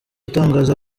atangaza